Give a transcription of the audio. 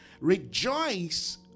Rejoice